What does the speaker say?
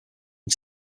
him